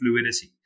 fluidity